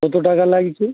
কত টাকা লাগছে